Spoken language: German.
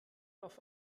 auf